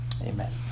Amen